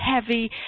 heavy